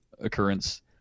occurrence